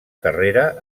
carrera